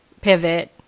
pivot